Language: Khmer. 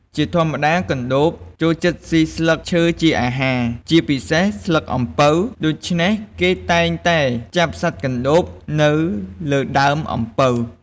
ជាធម្មតា កណ្តូបចូលចិត្តស៊ីស្លឹកឈើជាអាហារ ជាពិសេសស្លឹកអំពៅ ដូច្នេះគេតែងតែចាប់សត្វកណ្តួបនៅលើដើមអំពៅ។